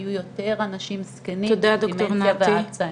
ויהיו יותר אנשים זקנים עם דמנציה ואלצהיימר.